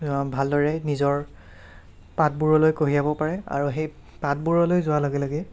ভালদৰে নিজৰ পাতবোৰলৈ কঢ়িয়াব পাৰে আৰু সেই পাতবোৰলৈ যোৱাৰ লগে লগে